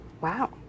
wow